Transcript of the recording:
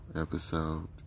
episode